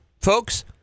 Folks